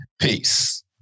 Peace